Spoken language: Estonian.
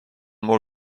mul